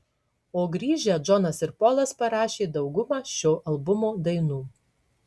o grįžę džonas ir polas parašė daugumą šio albumo dainų